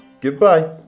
goodbye